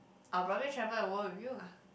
I'll probably travel world with you lah